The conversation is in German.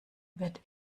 wird